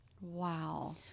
Wow